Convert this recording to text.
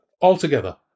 Altogether